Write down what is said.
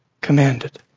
commanded